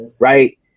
right